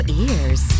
ears